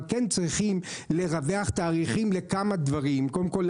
אבל כן צריך לרווח תאריכים לכמה דברים: קודם כל,